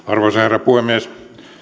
arvoisa herra puhemies